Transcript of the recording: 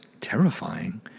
terrifying